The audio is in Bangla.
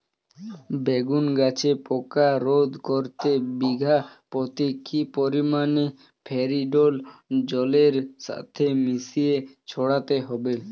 বেগুন গাছে পোকা রোধ করতে বিঘা পতি কি পরিমাণে ফেরিডোল জলের সাথে মিশিয়ে ছড়াতে হবে?